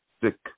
sick